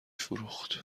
فروخت